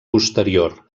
posterior